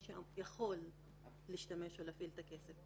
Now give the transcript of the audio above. יאירה בכלל רואה את זה כמשהו רציף שיכול להיות בהחלט שזו הפרשנות.